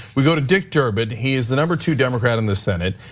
we go to dick durban, he is the number two democrat in the senate.